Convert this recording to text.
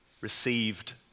received